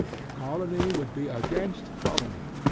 colony would be against colony.